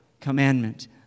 commandment